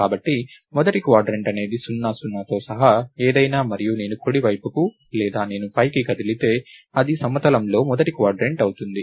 కాబట్టి మొదటి క్వాడ్రంట్ అనేది 0 0తో సహా ఏదైనా మరియు నేను కుడి వైపుకు లేదా నేను పైకి కదిలితే అది సమతలంలో మొదటి క్వాడ్రంట్ అవుతుంది